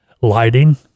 lighting